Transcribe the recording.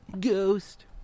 Ghost